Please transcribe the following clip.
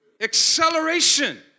Acceleration